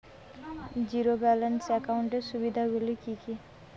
Zero balance একাউন্টের সুবিধা গুলি কি কি?